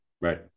Right